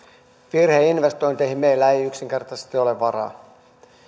virheinvestointeihin meillä ei yksinkertaisesti ole varaa